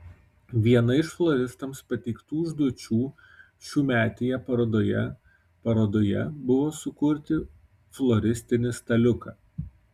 viena iš floristams pateiktų užduočių šiųmetėje parodoje parodoje buvo sukurti floristinį staliuką